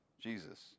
Jesus